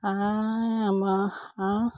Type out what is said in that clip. হাঁহ আমাৰ হাঁহ